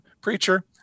preacher